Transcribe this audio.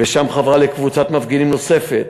ושם חברה לקבוצת מפגינים נוספת.